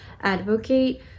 advocate